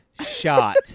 shot